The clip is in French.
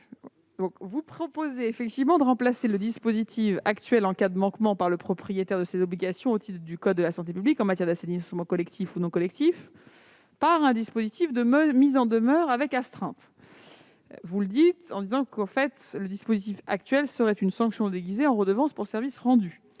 propose de remplacer le dispositif actuel en cas de manquement par le propriétaire à ses obligations au titre du code de la santé publique en matière d'assainissement collectif ou non collectif par un dispositif de mise en demeure avec astreinte. Vous soulignez, madame la rapporteure, que le dispositif actuel serait une sanction déguisée en redevance pour service rendu.